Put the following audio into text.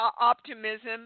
optimism